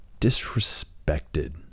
disrespected